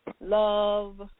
love